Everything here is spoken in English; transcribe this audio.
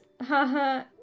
Haha